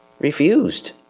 refused